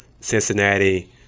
Cincinnati